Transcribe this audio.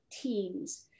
teams